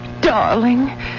darling